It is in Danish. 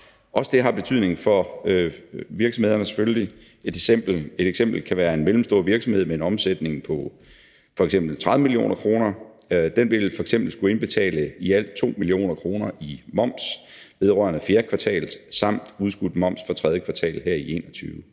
betydning for virksomhederne. Et eksempel kan være en mellemstor virksomhed med en omsætning på f.eks. 30 mio. kr. Den vil skulle indbetale i alt 2 mio. kr. i moms vedrørende fjerde kvartal samt udskudt moms for tredje kvartal her i 2021.